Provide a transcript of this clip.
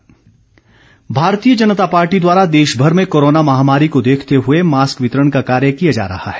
mask Bharatiya Janata Party द्वारा देशभर में कोरोना महामारी को देखते हुए मास्क वितरण का कार्य किया जा रहा है